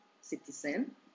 citizen